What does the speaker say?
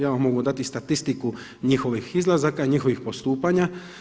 Ja vam mogu dati statistiku njihovih izlazaka, njihovih postupanja.